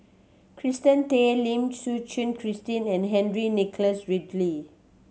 Kirsten Tan Lim Suchen Christine and Henry Nicholas Ridley